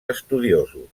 estudiosos